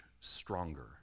stronger